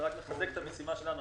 זה רק מחזק את המשימה שלנו.